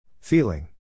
Feeling